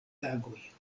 tagoj